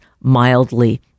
mildly